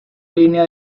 línea